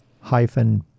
hyphen